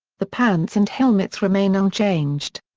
the pants and helmets remain unchanged.